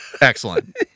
Excellent